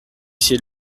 essayé